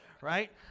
right